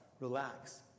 relax